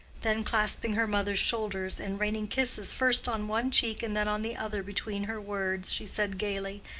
then, clasping her mother's shoulders and raining kisses first on one cheek and then on the other between her words, she said, gaily,